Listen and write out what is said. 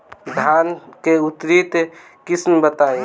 धान के उन्नत किस्म बताई?